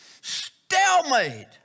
stalemate